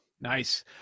Nice